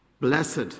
Blessed